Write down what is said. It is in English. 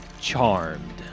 charmed